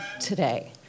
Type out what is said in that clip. today